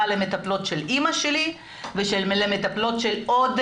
למטפלות של אימא שלי ולמטפלות של עוד